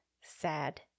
sad